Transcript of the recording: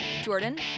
Jordan